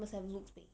must have looks babe